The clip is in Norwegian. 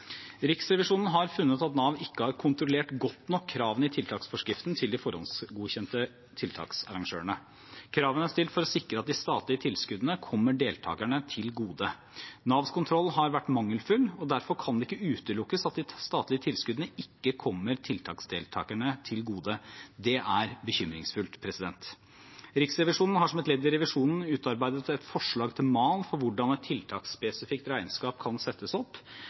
Riksrevisjonen har funnet at Nav ikke har kontrollert godt nok kravene i tiltaksforskriften til de forhåndsgodkjente tiltaksarrangørene. Kravene er stilt for å sikre at de statlige tilskuddene kommer deltakerne til gode. Navs kontroll har vært mangelfull, og derfor kan det ikke utelukkes at de statlige tilskuddene ikke kommer tiltaksdeltakerne til gode. Det er bekymringsfullt. Riksrevisjonen har som et ledd i revisjonen utarbeidet et forslag til mal for hvordan et tiltaksspesifikt regnskap kan settes opp.